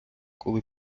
коли